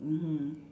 mmhmm